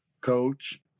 coach